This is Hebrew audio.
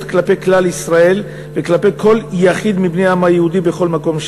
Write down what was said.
כלפי כלל ישראל וכלפי כל יחיד מבני העם היהודי בכל מקום שהם.